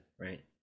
right